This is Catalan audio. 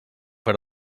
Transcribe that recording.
per